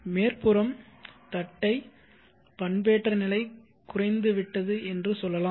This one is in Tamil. மேற்புறம் தட்டை பண்பேற்றம் நிலை குறைந்துவிட்டது என்று சொல்லலாம்